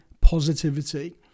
positivity